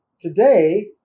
today